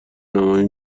نمایی